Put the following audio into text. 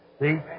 See